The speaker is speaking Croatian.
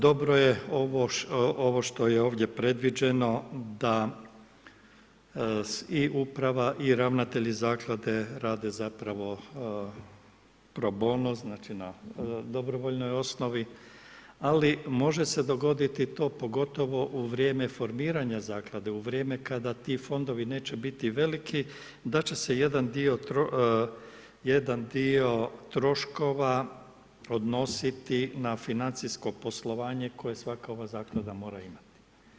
Dobro je ovo što je ovdje predviđeno da i uprava i ravnatelji Zaklade rade zapravo pro bono, znači na dobrovoljnoj osnovi, ali može se dogoditi to pogotovo u vrijeme formiranja Zaklade, u vrijeme kada ti fondovi neće biti veliki, da će se jedan dio troškova odnositi na financijsko poslovanje koja svaka ova Zaklada mora imati.